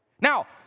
Now